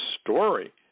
story